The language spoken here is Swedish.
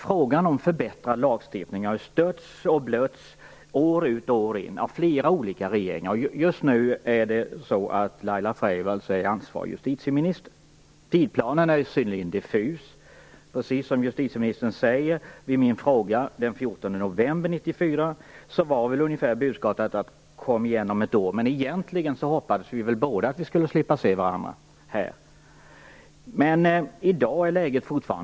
Frågan om en förbättrad lagstiftning har år ut och år in stötts och blötts av flera olika regeringar. Just nu är alltså Laila Freivalds ansvarig justitieminister. Tidsplanen är synnerligen diffus, precis som justitieministern säger. Som svar på min fråga den 14 november 1994 var väl budskapet ungefärligen: Kom igen om ett år! Men egentligen hade vi väl båda hoppats att slippa se varandra här. Fortfarande är läget oklart.